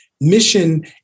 mission